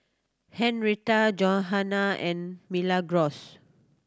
Henrietta Johana and Milagros